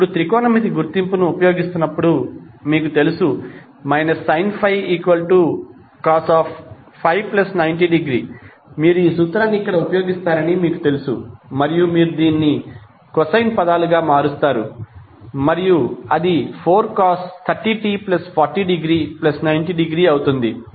ఇప్పుడు త్రికోణమితి గుర్తింపును ఉపయోగిస్తున్నప్పుడు మీకు తెలుసు sin ∅ cos∅90° మీరు ఈ సూత్రాన్ని ఇక్కడ ఉపయోగిస్తారని మీకు తెలుసు మరియు మీరు దీనిని కొసైన్ పదాలుగా మారుస్తారు మరియు అది 4cos 30t40°90° అవుతుంది